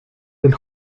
del